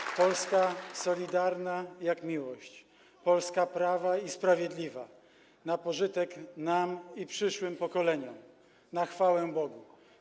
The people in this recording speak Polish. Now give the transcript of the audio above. Dodam: Polska solidarna jak miłość, Polska prawa i sprawiedliwa na pożytek nam i przyszłym pokoleniom, na chwałę Bogu.